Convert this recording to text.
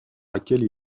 laquelle